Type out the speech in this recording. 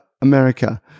America